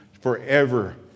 forever